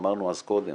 אמרנו קודם